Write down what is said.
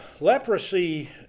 Leprosy